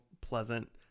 pleasant